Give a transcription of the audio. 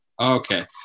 Okay